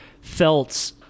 felt